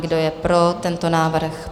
Kdo je pro tento návrh?